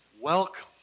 Welcome